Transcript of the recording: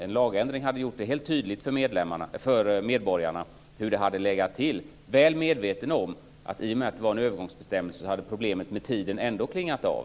En lagändring hade gjort det tydligt för medborgarna hur det hade legat till; väl medvetna om att i och med att det är fråga om en övergångsbestämmelse hade problemet med tiden ändå klingat av.